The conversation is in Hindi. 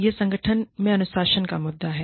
यह संगठन में अनुशासन का मुद्दा है